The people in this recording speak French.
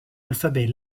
alphabet